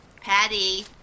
Patty